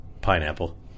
Pineapple